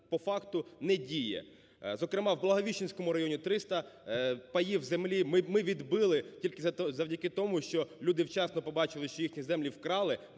по факту не діє. Зокрема, в Благовіщенському районі 300 паїв землі ми відбили тільки завдяки тому, що люди вчасно побачили, що їхні землі вкрали,